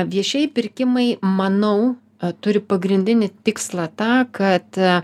viešieji pirkimai manau turi pagrindinį tikslą tą kad